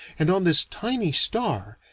and on this tiny star,